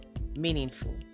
meaningful